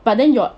but then your